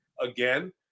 again